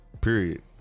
period